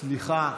סליחה,